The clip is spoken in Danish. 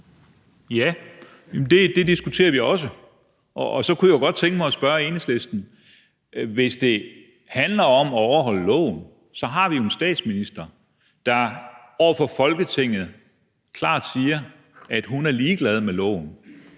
Ja, det diskuterer vi også. Og så kunne jeg jo godt tænke mig at spørge Enhedslisten om noget. Hvis det handler om at overholde loven, har vi en statsminister, der over for Folketinget klart siger, at hun som statsminister er ligeglad med loven.